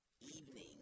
evening